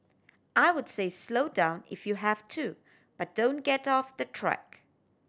I would say slow down if you have to but don't get off the track